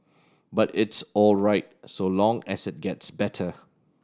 but it's all right so long as it gets better